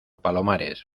palomares